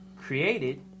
created